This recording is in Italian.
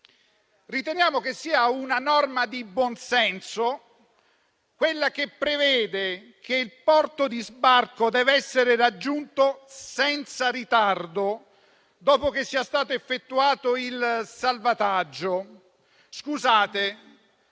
Riteniamo che sia una norma di buon senso quella che prevede che il porto di sbarco debba essere raggiunto senza ritardo, dopo che sia stato effettuato il salvataggio.